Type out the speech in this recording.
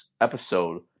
episode